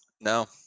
No